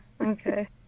Okay